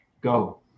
go